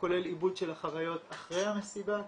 כולל עיבוד של החוויות אחרי המסיבה,